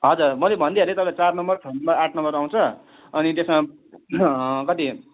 हजुर मैले भनिदिई हालेँ तपाईँको चार नम्बर छ नम्बर आठ नम्बर आउँछ अनि त्यसमा कति